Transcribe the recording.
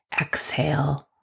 exhale